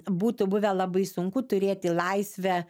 būtų buvę labai sunku turėti laisvę